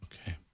Okay